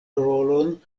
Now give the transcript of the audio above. rolon